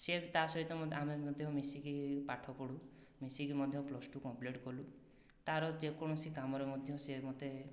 ସେ ତା' ସହିତ ଆମେ ମଧ୍ୟ ମିଶିକି ପାଠ ପଢ଼ୁ ମିଶିକି ମଧ୍ୟ ପ୍ଲସ ଟୁ କମ୍ପ୍ଲିଟ କଲୁ ତା'ର ଯେ କୌଣସି କାମରେ ମଧ୍ୟ ସେ ମୋତେ